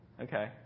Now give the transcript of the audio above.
Okay